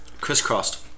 crisscrossed